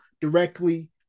directly